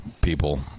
people